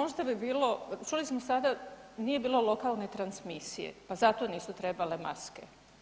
možda bi bilo, čuli smo sada nije bilo lokalne transmisije, pa zato nisu trebale maske.